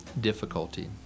difficulty